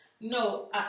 no